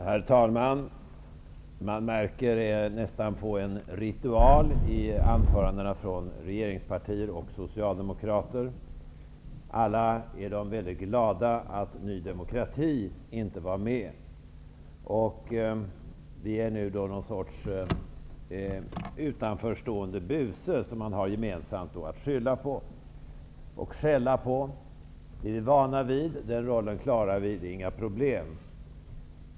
Herr talman! Man kan nästan märka en ritual i anförandena från regeringspartier och socialdemokrater: alla är väldigt glada att Ny demokrati inte var med. Vi är nu någon sorts utanförstående buse som man gemensamt har att skylla på och skälla på. Det är vi vana vid; den rollen klarar vi. Det är inga problem.